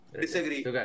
Disagree